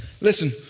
Listen